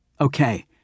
Okay